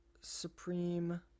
Supreme